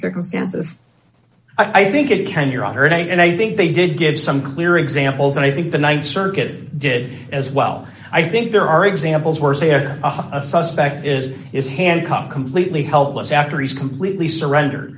circumstances i think it can you're on her and i think they did give some clear examples and i think the th circuit did as well i think there are examples where say a suspect is is hand come completely helpless after he's completely surrendered